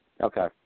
Okay